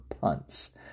punts